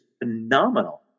phenomenal